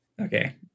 Okay